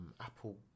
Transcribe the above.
Apple